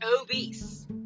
obese